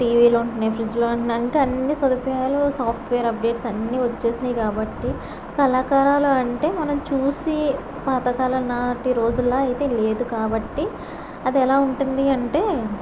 టీవీలు ఉంటున్నాయి ఫ్రిడ్జ్లు ఉంటున్నాయి ఇంకా అన్ని సదుపాయాలు సోఫ్ట్వేర్ అప్డేట్స్ అన్నీ వచ్చేసినాయి కాబట్టి కళాకారాలు అంటే మనం చూసి పాతకాలం నాటి రోజుల్లా అయితే లేదు కాబట్టి అదేలా ఉంటుంది అంటే